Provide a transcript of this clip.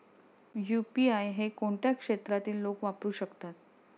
UPI हे कोणत्या क्षेत्रातील लोक वापरू शकतात?